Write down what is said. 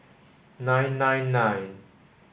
nine nine nine